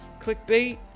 clickbait